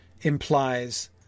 implies